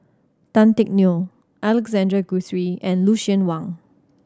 Tan Teck Neo Alexander Guthrie and Lucien Wang